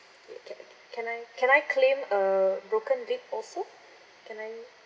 can I can I claim a broken rib also can I